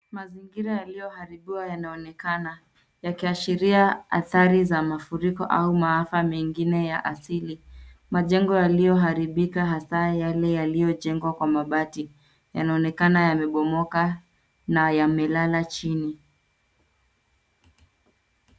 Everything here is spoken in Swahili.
Mazingira yaliyoharibiwa yanaonekana yakiashiria adhari za mafuriko au maafa mengine ya asili. Majengo yaliyoharibika hasa yale yaliyojengwa kwa mabati yanaonekana yamebomoka na yamelala chini.